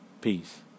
Peace